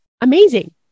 Amazing